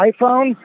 iPhone